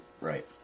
Right